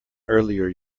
earlier